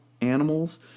animals